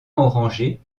orangé